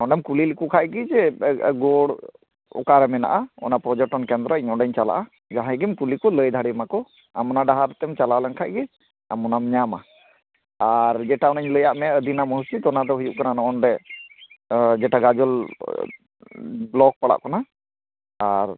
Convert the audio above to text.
ᱚᱸᱰᱮᱢ ᱠᱩᱞᱤ ᱞᱮᱠᱚ ᱠᱷᱟᱡ ᱜᱮ ᱡᱮ ᱜᱳᱨ ᱚᱠᱟ ᱨᱮ ᱢᱮᱱᱟᱜᱼᱟ ᱚᱱᱟ ᱯᱚᱨᱡᱚᱴᱚᱱ ᱠᱮᱱᱫᱨᱚ ᱤᱧ ᱚᱸᱰᱮᱧ ᱪᱟᱞᱟᱜᱼᱟ ᱡᱟᱦᱟᱸᱭ ᱜᱮᱢ ᱠᱩᱞᱤ ᱠᱩ ᱞᱟᱹᱭ ᱫᱟᱲᱮᱭᱟᱢᱟ ᱠᱩ ᱟᱢ ᱚᱱᱟ ᱰᱟᱦᱟᱨ ᱛᱮᱢ ᱪᱟᱞᱟᱣ ᱞᱮᱱᱠᱷᱟᱱ ᱜᱮ ᱟᱢ ᱚᱱᱟᱢ ᱧᱟᱢᱟ ᱟᱨ ᱡᱮᱴᱟ ᱚᱱᱟᱧ ᱞᱟᱹᱭᱟᱫ ᱢᱮ ᱟᱹᱫᱤᱱᱟ ᱢᱚᱥᱡᱤᱫ ᱚᱱᱟ ᱫᱚ ᱦᱩᱭᱩᱜ ᱠᱟᱱᱟ ᱱᱚᱜᱼᱚᱱᱰᱮ ᱡᱮᱴᱟ ᱜᱟᱡᱚᱞ ᱵᱞᱚᱠ ᱯᱟᱲᱟᱣᱚᱜ ᱠᱟᱱᱟ ᱟᱨ